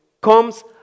comes